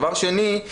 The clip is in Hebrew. דבר שני,